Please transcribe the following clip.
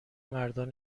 مردان